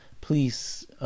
please